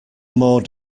more